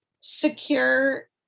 secure